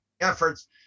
efforts